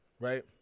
right